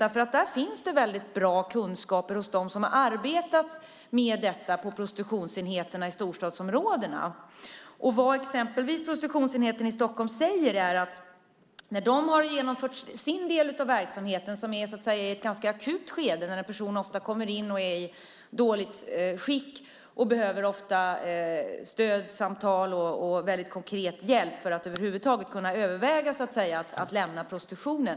Där finns det nämligen väldigt bra kunskaper hos dem som har arbetat med detta på prostitutionsenheterna i storstadsområdena. Prostitutionsenheten i Stockholm säger exempelvis att deras del av verksamheten handlar om ett ganska akut skede. En person kommer in och är ofta i dåligt skick. Personen behöver ofta stödsamtal och väldigt konkret hjälp för att över huvud taget kunna överväga att lämna prostitutionen.